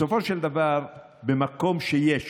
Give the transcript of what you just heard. בסופו של דבר, במקום שיש